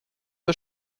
der